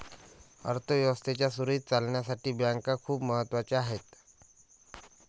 अर्थ व्यवस्थेच्या सुरळीत चालण्यासाठी बँका खूप महत्वाच्या आहेत